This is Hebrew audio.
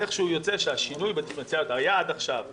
איכשהו יוצא שהשינוי בדיפרנציאליות מה היה עד עכשיו,